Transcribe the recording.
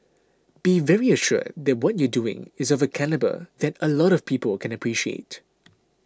be very assured that what you're doing is of a calibre that a lot of people can appreciate